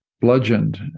bludgeoned